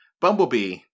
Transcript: Bumblebee